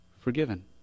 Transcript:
Forgiven